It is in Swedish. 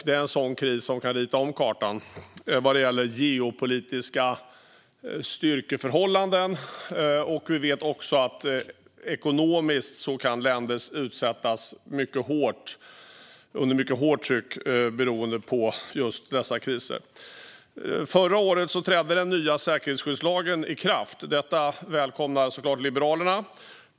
Det är en sådan kris som kan rita om kartan vad gäller geopolitiska styrkeförhållanden. Vi vet också att länder kan sättas under mycket hårt ekonomiskt tryck under sådana kriser. Förra året trädde den nya säkerhetsskyddslagen i kraft. Detta välkomnade såklart Liberalerna.